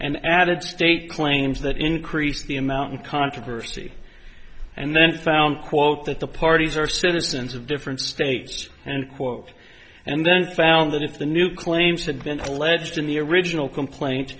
and added state claims that increase the amount of controversy and then found quote that the parties are citizens of different states and quote and then found that if the new claims had been alleged in the original complaint